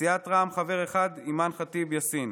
סיעת רע"מ, חברה אחת: אימאן ח'טיב יאסין,